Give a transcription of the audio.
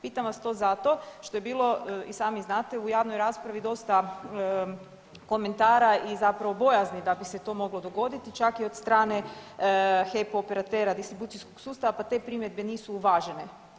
Pitam vas to zato što je bilo i sami znate u javnoj raspravi dosta komentara i bojazni da bi se to moglo dogoditi čak i od strane HEP distribucijskog sustava pa te primjedbe nisu uvažene.